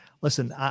listen